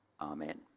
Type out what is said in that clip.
amen